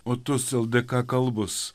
o tos ldk kalbos